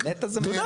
אתה צודק.